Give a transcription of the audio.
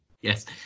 Yes